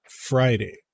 Friday